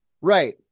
right